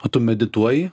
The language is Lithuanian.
o tu medituoji